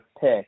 pick